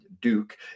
Duke